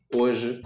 hoje